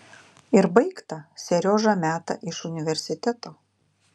ir baigta seriožą meta iš universiteto